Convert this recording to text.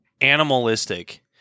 animalistic